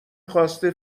خواسته